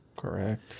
Correct